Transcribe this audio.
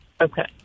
Okay